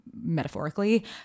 metaphorically